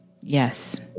Yes